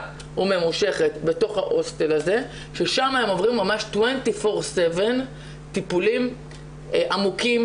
וממושכת בתוך ההוסטל הזה ששם הם עוברים ממש 24/7 טיפולים עמוקים,